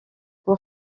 pour